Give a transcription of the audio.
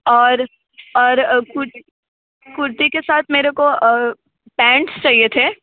और और कुर्ती के साथ मुझे पैंट्स चाहिए थे